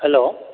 hello